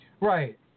Right